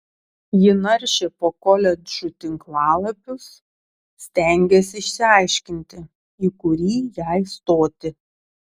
ji naršė po koledžų tinklalapius stengėsi išsiaiškinti į kurį jai stoti